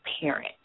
parent